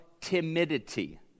timidity